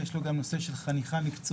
יש לו גם חניכה מקצועית